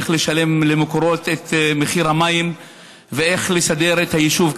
איך לשלם למקורות את מחיר המים ואיך לסדר את היישוב,